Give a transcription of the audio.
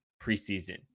preseason